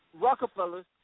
Rockefeller